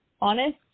honest